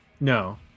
no